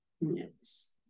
Yes